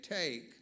take